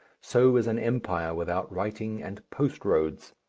so is an empire without writing and post-roads.